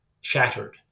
shattered